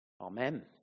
Amen